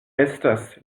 estas